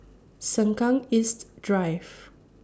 Sengkang East Drive